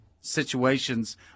situations